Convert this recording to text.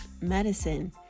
medicine